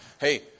hey